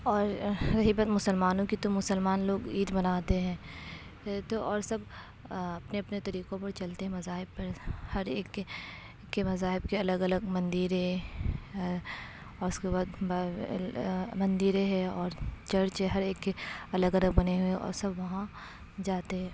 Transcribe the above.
اور رہی بات مسلمانوں کی تو مسلمان لوگ عید مناتے ہیں تو اور سب اپنے اپنے طریقوں پر چلتے ہیں مذاہب پر ہر ایک کے مذاہب کے الگ الگ مندر ہیں اور اُس کے بعد مندر ہیں اور چرچ ہے ہر ایک کے الگ الگ بنے ہوئے ہیں اور سب وہاں جاتے ہیں